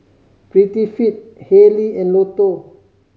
Prettyfit Haylee and Lotto